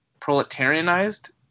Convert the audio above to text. proletarianized